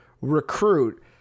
recruit